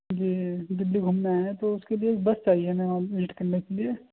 جی دلّی گھومنا ہے تو اُس کے لیے ایک بس چاہیے ہمیں وزٹ کرنے کے لیے